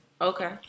Okay